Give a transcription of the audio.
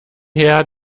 her